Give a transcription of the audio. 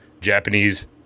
Japanese